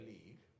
League